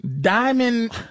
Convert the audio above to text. diamond